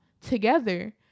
together